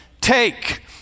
take